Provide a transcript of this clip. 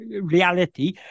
reality